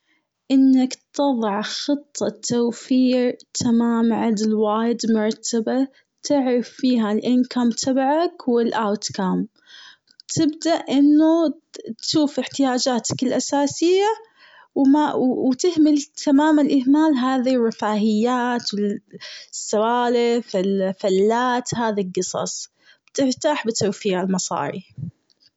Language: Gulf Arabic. إنك تضع خطة توفير تمام عدل وايد مرتبة، تعرف فيها الإن كام تبعك والاوت كام تبدأ أنه تشوف إحتياجاتك الأساسية وما-وتهمل تمام الإهمال هذي الرفاهيات والسوالف الحفلات هذي القصص ترتاح بتوفير المصاري.